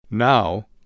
Now